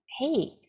hey